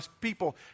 people